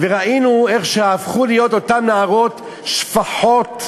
וראינו איך אותן נערות הפכו להיות שפחות.